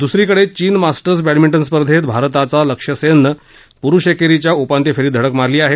दूसरीकडे चीन Masters badminton स्पर्धेत भारताचा लक्ष्य सेननं पुरुष एकेरीच्या उपांत्य फेरीत धडक मारली आहे